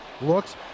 looks